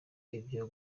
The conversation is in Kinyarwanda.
ibyo